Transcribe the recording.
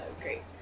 great